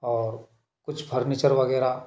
और कुछ फर्नीचर वगैरह